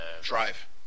Drive